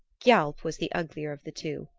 gialp was the uglier of the two,